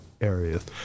areas